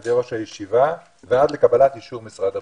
ידי ראש הישיבה ועד לקבלת אישור משרד הבריאות?